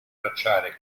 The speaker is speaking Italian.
tracciare